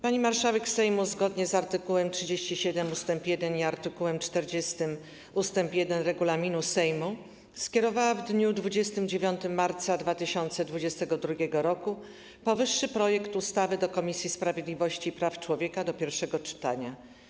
Pani marszałek Sejmu zgodnie z art. 37 ust. 1 i art. 40 ust. 1 regulaminu Sejmu skierowała w dniu 29 marca 2022 r. powyższy projekt ustawy do Komisji Sprawiedliwości i Praw Człowieka do pierwszego czytania.